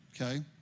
Okay